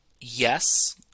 yes